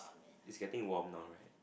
is getting warm now right